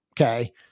okay